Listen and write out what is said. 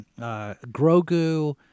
Grogu